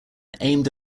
aimed